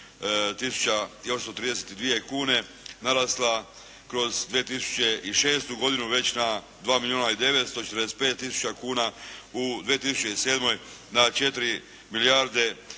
109832 kune narasla kroz 2006. godinu već na 2 milijuna i 945000 kuna u 2007. na četiri milijarde i